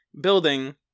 building